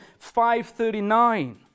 539